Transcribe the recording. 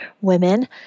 women